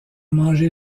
mangé